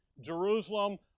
Jerusalem